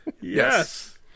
Yes